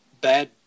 bad